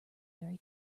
very